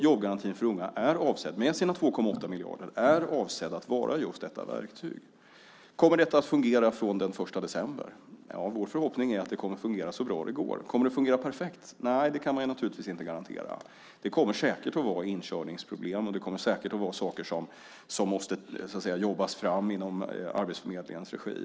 Jobbgarantin för unga, med sina 2,8 miljarder, är avsedd att vara just detta verktyg. Kommer detta att fungera från den 1 december? Ja, vår förhoppning är att det kommer att fungera så bra det går. Kommer det att fungera perfekt? Nej, det kan man naturligtvis inte garantera. Det kommer säkert att vara inkörningsproblem, och det kommer säkert att vara saker som måste jobbas fram inom arbetsförmedlingens regi.